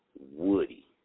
Woody